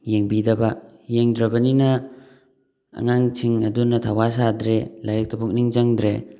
ꯌꯦꯡꯕꯤꯗꯕ ꯌꯦꯡꯗ꯭ꯔꯕꯅꯤꯅ ꯑꯉꯥꯡꯁꯤꯡ ꯑꯗꯨꯅ ꯊꯧꯋꯥ ꯁꯥꯗ꯭ꯔꯦ ꯂꯥꯏꯔꯤꯛꯇ ꯄꯨꯛꯅꯤꯡ ꯆꯪꯗ꯭ꯔꯦ